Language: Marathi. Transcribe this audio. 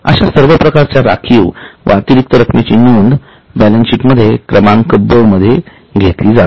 अशा सर्व प्रकारच्या राखीव व अतिरिक्त रकमेची नोंद बॅलन्स शीट मध्ये क्रमांक ब मध्ये घेतली जाते